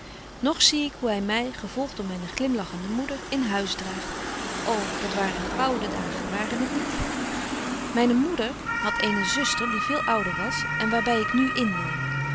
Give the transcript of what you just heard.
nog zie ik hoe hy my gevolgt door myne glimlachende moeder in huis draagt ô dat waren gouden dagen waren het niet myne moeder hadt eene zuster die veel ouder was en waar by ik nu inwoon